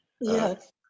yes